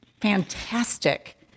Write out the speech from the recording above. fantastic